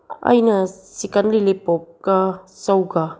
ꯑꯩꯅ ꯆꯤꯀꯟ ꯂꯣꯂꯤꯄꯣꯞꯀ ꯆꯧꯒ